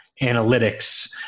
analytics